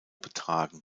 betragen